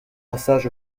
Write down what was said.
passage